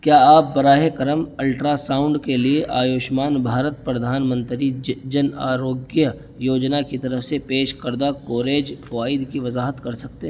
کیا آپ براہ کرم الٹرا ساؤنڈ کے لیے آیوشمان بھارت پردھان منتری جن آروگیہ یوجنا کی طرف سے پیش کردہ کوریج فوائد کی وضاحت کر سکتے ہے